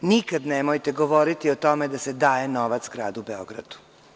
Nikada nemojte govoriti o tome da se daje novac gradu Beogradu.